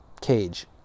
cage